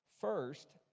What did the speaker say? first